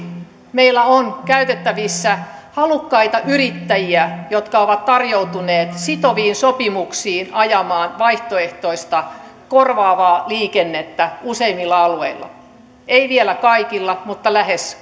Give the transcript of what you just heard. meillä on käytettävissä halukkaita yrittäjiä jotka ovat tarjoutuneet sitoviin sopimuksiin ajamaan vaihtoehtoista korvaavaa liikennettä useimmilla alueilla ei vielä kaikilla mutta lähes